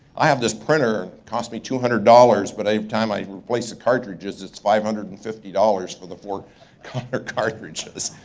i have this printer, costs me two hundred dollars but every time i replace the cartridges, it's five hundred and fifty dollars for the four kind of ah cartridges.